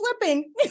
slipping